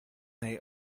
they